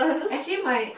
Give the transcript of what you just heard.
actually my